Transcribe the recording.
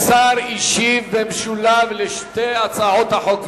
השר השיב במשולב על שתי הצעות החוק,